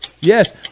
Yes